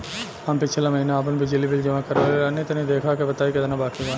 हम पिछला महीना आपन बिजली बिल जमा करवले रनि तनि देखऽ के बताईं केतना बाकि बा?